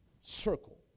circle